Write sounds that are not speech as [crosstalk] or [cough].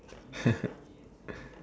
[laughs]